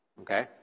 Okay